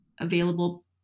available